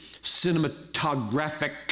cinematographic